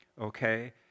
okay